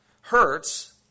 hurts